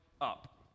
up